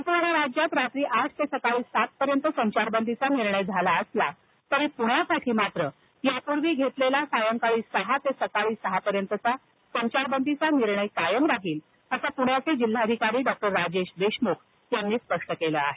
संपूर्ण राज्यात रात्री आठ ते सकाळी सात पर्यंत संचारबंदीचा निर्णय झाला असला तरी पूण्यासाठी मात्र यापूर्वी घेतलेला सायंकाळी सहा ते सकाळी सहापर्यंत संचारबंदीचा निर्णय कायम राहील असं पुण्याचे जिल्हाधिकारी डॉक्टर राजेश देशमुख यांनी स्पष्ट केलं आहे